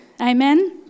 Amen